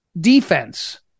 defense